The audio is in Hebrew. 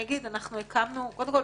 קודם כל,